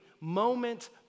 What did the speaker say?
moment